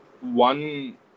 one